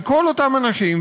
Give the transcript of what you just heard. על כל אותם אנשים,